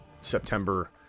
September